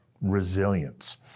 resilience